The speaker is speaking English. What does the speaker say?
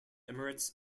emirates